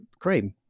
cream